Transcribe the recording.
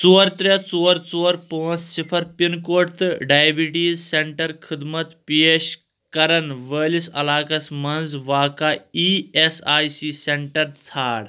ژور ترٛےٚ ژور ژور پانٛژھ صِفر پِن کوڈ تہٕ ڈایبِٹیٖز سینٹر خدمت پیش کرن وٲلِس علاقس منٛز واقعہ E S I C centre ژھار